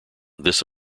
this